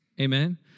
Amen